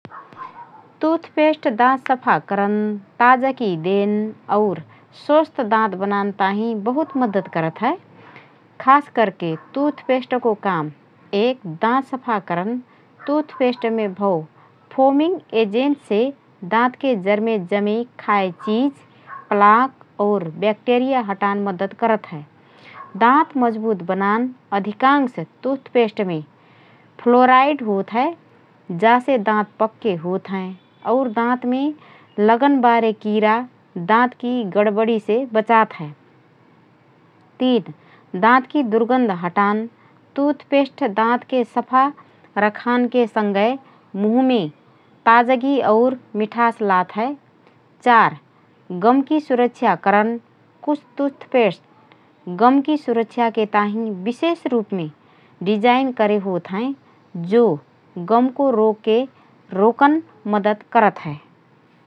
टूथपेस्ट दाँत सफा करन, ताजगी देन और स्वस्थ दाँत बनान ताहिँ बहुत मद्दत करत हए । खास करके टूथपेस्टको काम: १. दाँत सफा करन: टूथपेस्टमे भओ फोमिंग एजेन्टसे दाँतके जरमे जमे खाए चिज, प्लाक, और ब्याक्टेरिया हटान मद्दत करत हए । २. दाँत मजबुत बनान: अधिकांश टूथपेस्टमे फ्लोराइड होतहए । जासे दाँत पक्के होतहएँ और दाँतमे लगनबारे कीरा, दाँतकी गडबडीसे बचात हए । ३. दाँनतकी दुर्गन्ध हटान: टूथपेस्ट दाँतके सफा रखानके सँगए मुँहमे ताजगी और मिठास लातहए । ४. गमकी सुरक्षा करन: कुछ टूथपेस्ट गमकी सुरक्षाके ताहिँ विशेष रूपमे डिजाइन करे होतहएँ । जो गमको रोगके रोकन मद्दत करत हए ।